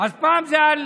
אז פעם זה על